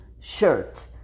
shirt